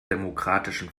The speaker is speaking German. demokratischen